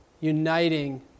uniting